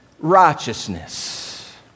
righteousness